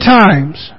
times